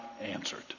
answered